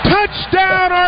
Touchdown